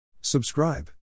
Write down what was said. Subscribe